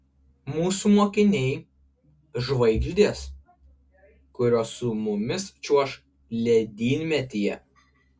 mūsų mokiniai žvaigždės kurios su mumis čiuoš ledynmetyje